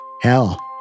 hell